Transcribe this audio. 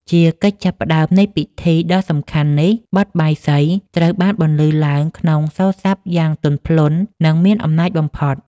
ជាកិច្ចចាប់ផ្ដើមនៃពិធីដ៏សំខាន់នេះ បទ បាយស្រី ត្រូវបានបន្លឺឡើងក្នុងសូរស័ព្ទយ៉ាងទន់ភ្លន់ និងមានអំណាចបំផុត។